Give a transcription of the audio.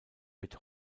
wird